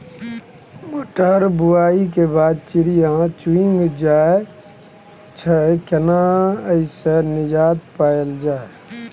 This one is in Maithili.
मटर बुआई के बाद चिड़िया चुइग जाय छियै केना ऐसे निजात पायल जाय?